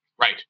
Right